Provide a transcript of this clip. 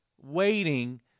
waiting